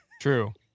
True